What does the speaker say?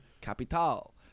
Capital